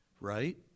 right